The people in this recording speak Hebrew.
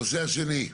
הנושא השני.